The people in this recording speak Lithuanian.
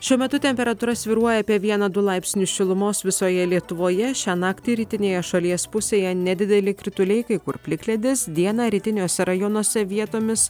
šiuo metu temperatūra svyruoja apie vieną du laipsnius šilumos visoje lietuvoje šią naktį rytinėje šalies pusėje nedideli krituliai kai kur plikledis dieną rytiniuose rajonuose vietomis